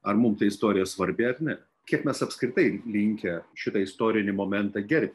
ar mum ta istorija svarbi ar ne kiek mes apskritai linkę šitą istorinį momentą gerbti